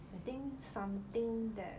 I think something that